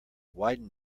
widen